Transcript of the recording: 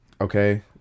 Okay